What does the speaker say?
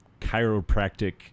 chiropractic